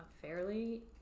fairly